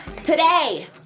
today